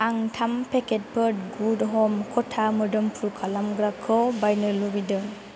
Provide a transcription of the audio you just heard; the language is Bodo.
आं थाम पेकेटफोर गुड ह'म खथा मोदोमफ्रु खालामग्राखौ बायनो लुबैदों